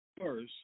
first